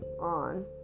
on